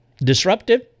Disruptive